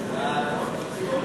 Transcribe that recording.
סעיפים